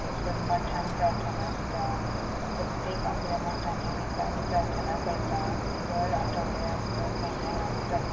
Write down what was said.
तशेंच मठान प्रार्थना आसता प्रत्येक आपल्या मठांनी वयता आनी प्रार्थना करता दर आठवड्याक दर म्हयन्याक आसतात